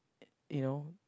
you know